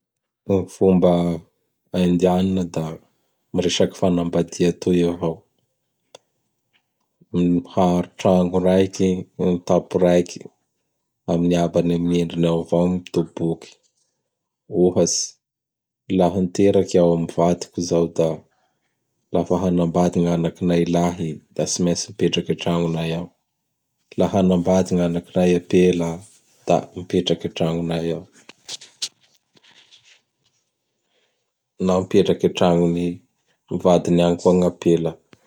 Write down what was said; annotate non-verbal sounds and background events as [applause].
[noise] Gny fomba Indianina da miresaky fagnambadia toy avao. Miharo tragno raiky gny taporaiky, am Abany am Endriny ao avao mitoboky, ohatsy: laha miteraky iao am vadiko zao; da lafa hanambady gn'anakinay lahy; da tsy maintsy mipetraky antranonay ao. Laha hanambady gn'anakinay apela; da mipetraky atragnonay ao [noise] na mipetraky atragnon'ny vadiny agn koa gn'ampela.